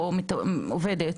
או עובדת,